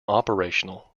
operational